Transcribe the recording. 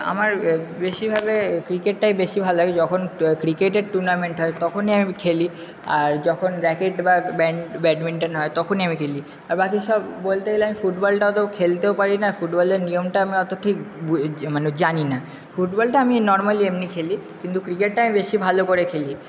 আমার বেশিরভাগটাই ক্রিকেটটাই বেশি ভাল লাগে যখন ক্রিকেটের টুর্নামেন্ট থাকে তখনই আমি খেলি আর যখন র্যাকেট বা ব্যাডমিন্টন হয় তখনই আমি খেলি আর বাকি সব বলতে গেলে আমি ফুটবলটা অত খেলতেও পারি না ফুটবলের নিয়মটা আমরা অত ঠিক মানে জানি না ফুটবলটা আমি নর্মালি এমনি খেলি কিন্তু ক্রিকেটটা আমি বেশি ভালো করে খেলি